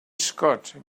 scott